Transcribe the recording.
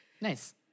Nice